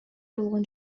болгон